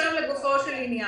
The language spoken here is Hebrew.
לגופו של עניין,